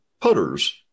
Putters